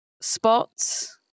spots